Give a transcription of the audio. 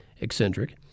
eccentric